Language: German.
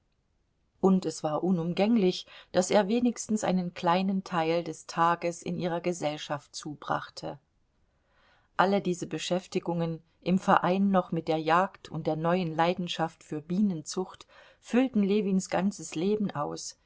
und es war unumgänglich daß er wenigstens einen kleinen teil des tages in ihrer gesellschaft zubrachte alle diese beschäftigungen im verein noch mit der jagd und der neuen leidenschaft für bienenzucht füllten ljewins ganzes leben aus